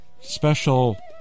special